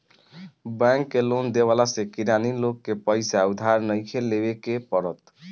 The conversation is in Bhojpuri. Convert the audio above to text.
बैंक के लोन देवला से किरानी लोग के पईसा उधार नइखे लेवे के पड़त